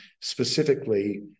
specifically